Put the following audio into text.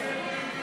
06,